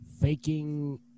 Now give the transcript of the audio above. faking